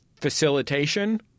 facilitation